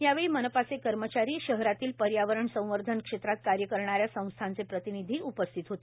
यावेळी मनपाचे कर्मचारी शहरातील पर्यावरणसंवर्धन क्षेत्रात कार्य करणाऱ्या संस्थाचे प्रतिनिधी उपस्थित होते